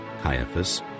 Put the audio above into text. Caiaphas